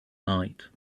night